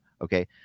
okay